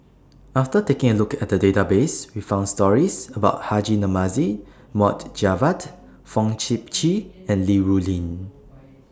after taking A Look At The Database We found stories about Haji Namazie Mohd Javad Fong Sip Chee and Li Rulin